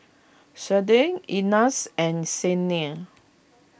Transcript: Shade Ignatz and Cyndi